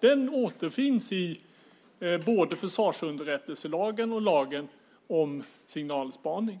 Den återfinns både i försvarsunderrättelselagen och i lagen om signalspaning.